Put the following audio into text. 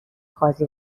قاضی